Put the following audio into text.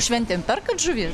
šventėm perkat žuvies